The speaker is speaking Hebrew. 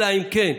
אלא אם כן,